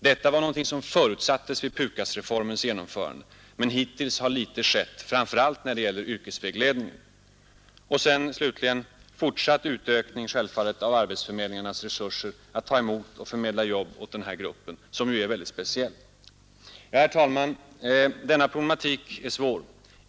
Detta förutsattes vid PUKAS-reformens genomförande, men hittills har litet skett — framför allt när det gäller yrkesvägledningen. Slutligen måste självfallet en utökning äga rum av arbetsförmedlingarnas resurser när det gäller att förmedla jobb åt denna grupp, som ju är väldigt speciell. Herr talman! Denna problematik är svår.